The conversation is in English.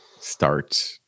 Start